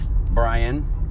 Brian